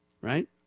right